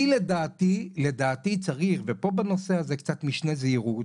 אני לדעתי, צריך פה בנושא הזה קצת משנה זהירות.